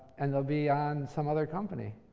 and they'll be on some other company,